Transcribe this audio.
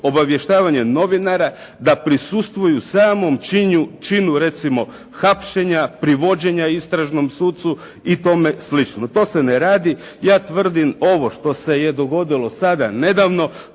Obavještavanje novinara da prisustvuju samom činu recimo hapšenja, privođenja istražnom sucu i tome slično. To se ne radi. Ja tvrdim ovo što se je dogodilo sada nedavno,